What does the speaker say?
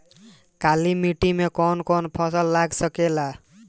काली मिट्टी मे कौन कौन फसल लाग सकेला?